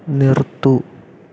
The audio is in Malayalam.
നിർത്തൂ